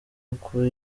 uku